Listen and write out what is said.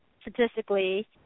statistically